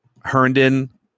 Herndon